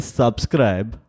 subscribe